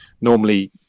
normally –